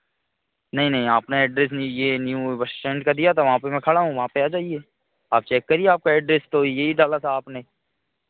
नहीं नहीं आपने एड्रेस नहीं यह न्यू बश स्टैंड का दिया था वहाँ पर मैं खड़ा हूँ वहाँ पर आ जाइए आप चेक करिए आपका एड्रेस तो यहीं डाला था आपने